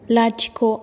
लाथिख'